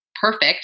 perfect